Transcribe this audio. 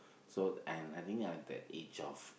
so I am I think I'm that age of